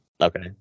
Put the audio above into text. Okay